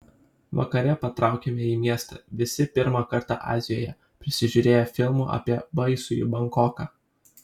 vakare patraukėme į miestą visi pirmą kartą azijoje prisižiūrėję filmų apie baisųjį bankoką